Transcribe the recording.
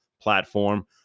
platform